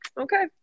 okay